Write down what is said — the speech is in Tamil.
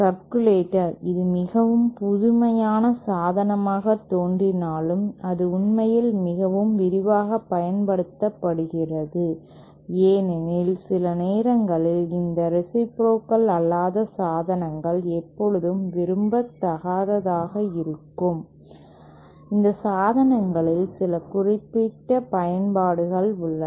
சர்க்குலேட்டர் இது மிகவும் புதுமையான சாதனமாகத் தோன்றினாலும் அது உண்மையில் மிகவும் விரிவாகப் பயன்படுத்தப்படுகிறது ஏனெனில் சில நேரங்களில் இந்த ரேசிப்ரோகல் அல்லாத சாதனங்கள் எப்போதும் விரும்பத்தகாததாக இருக்கும் இந்த சாதனங்களின் சில குறிப்பிட்ட பயன்பாடுகள் உள்ளன